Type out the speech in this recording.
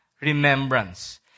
Remembrance